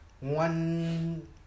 One